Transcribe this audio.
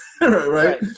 Right